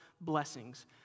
blessings